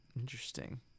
Interesting